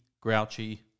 Grouchy